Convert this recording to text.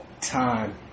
time